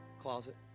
closet